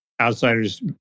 outsiders